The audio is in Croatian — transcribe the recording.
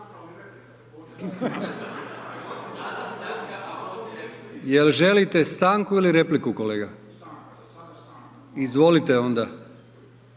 Jel želite stanku ili repliku kolega? **Glasnović,